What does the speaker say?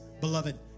Beloved